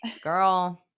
Girl